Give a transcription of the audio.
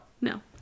No